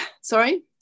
Sorry